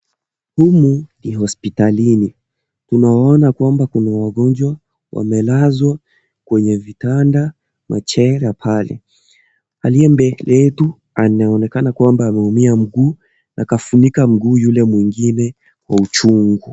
Humu ni hospitalini, tunawaona kwamba kuna wagonjwa wamelazwa kwenye vitanda, machela pale, aliyembele yetu anaonekana kwamba ameumia mguu akafunika mguu yule mwingine kwa uchungu.